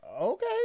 Okay